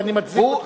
ואני מצדיק,